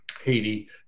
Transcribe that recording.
Haiti